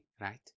right